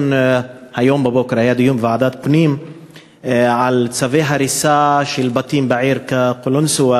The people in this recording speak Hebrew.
היום בבוקר היה דיון בוועדת הפנים על צווי הריסה של בתים בעיר קלנסואה,